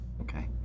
Okay